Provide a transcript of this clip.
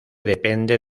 depende